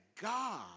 God